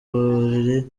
buriri